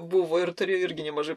buvo ir turėjo irgi nemažai